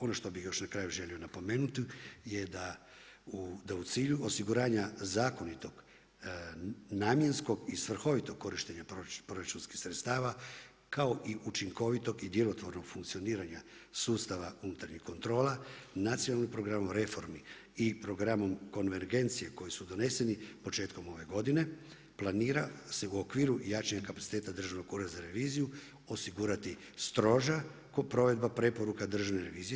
Ono što bih još na kraju želio napomenuti je da u cilju osiguranja zakonitog namjenskog i svrhovitog korištenja proračunskih sredstava kao i učinkovitog i djelotvornog funkcioniranja sustava unutarnjih kontrola Nacionalnim programom reformi i programom konvergencije koji su doneseni početkom ove godine planira se u okviru jačanja kapaciteta Državnog ureda za reviziju osigurati stroža provedba preporuka Državne revizije.